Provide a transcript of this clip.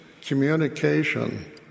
communication